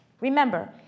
Remember